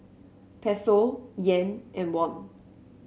Peso Yen and Won